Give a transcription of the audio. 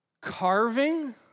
carving